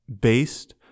based